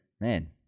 Man